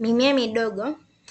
Mimea midogo